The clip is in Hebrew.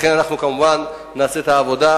לכן, נעשה את העבודה.